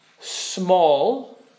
small